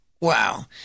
Wow